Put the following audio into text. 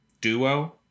duo